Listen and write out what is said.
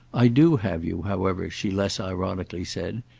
i do have you, however, she less ironically said,